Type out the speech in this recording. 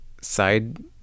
side